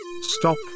Stop